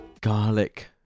Garlic